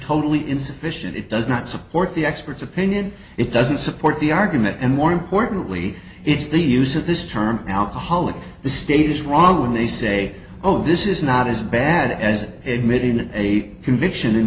totally insufficient it does not support the expert's opinion it doesn't support the argument and more importantly it's the use of this term alcoholic the state is wrong when they say oh this is not as bad as it midden a conviction in